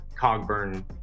cogburn